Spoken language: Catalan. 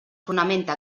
fonamenta